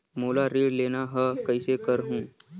मोला ऋण लेना ह, कइसे करहुँ?